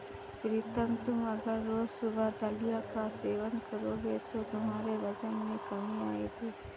प्रीतम तुम अगर रोज सुबह दलिया का सेवन करोगे तो तुम्हारे वजन में कमी आएगी